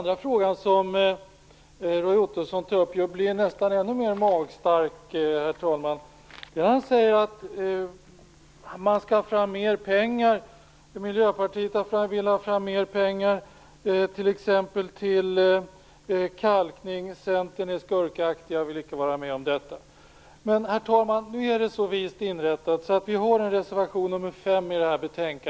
Roy Ottosson säger vidare att Miljöpartiet vill ha fram mer pengar till t.ex. kalkning av sjöar medan Centern är skurkaktigt och inte vill vara med om detta. Det låter ganska magstarkt, tycker jag. Men nu är det så vist inrättat av vi har avgett en reservation till detta betänkande, nr 5.